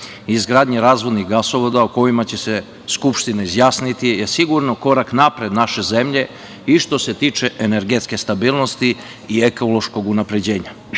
izgradnja razvodnih gasovoda o kojima će se Skupština izjasniti je sigurno korak napred naše zemlje i što se tiče energetske stabilnosti i ekološkog unapređenja. Podsetio